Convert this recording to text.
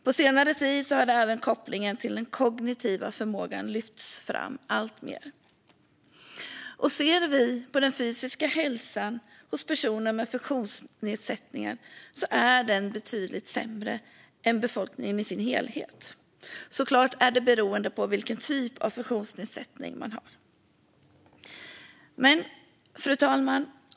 På senare tid har även kopplingen till den kognitiva förmågan lyfts fram alltmer. Den fysiska hälsan hos personer med funktionsnedsättningar är betydligt sämre än i befolkningen som helhet, såklart beroende på vilken typ av funktionsnedsättning man har. Fru talman!